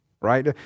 right